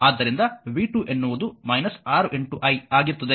ಆದ್ದರಿಂದ v2 ಎನ್ನುವುದು 6 i ಆಗಿರುತ್ತದೆ